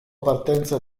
partenza